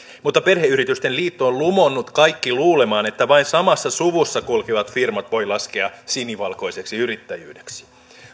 mutta perheyritysten liitto on lumonnut kaikki luulemaan että vain samassa suvussa kulkevat firmat voi laskea sinivalkoiseksi yrittäjyydeksi